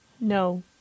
No